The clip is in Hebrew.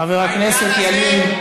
חבר הכנסת ילין.